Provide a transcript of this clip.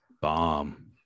bomb